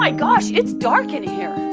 like ah so it's dark in here